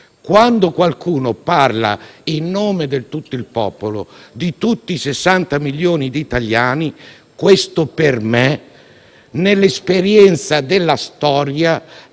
Quando qualcuno parla in nome di tutto il popolo, di tutti i 60 milioni di italiani, per me, nell'esperienza della storia,